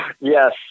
Yes